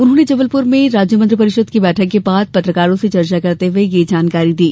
उन्होंने जबलपुर में राज्य मंत्रिपरिषद की बैठक के बाद पत्रकारों से चर्चा करते हुए यह जानकारी दी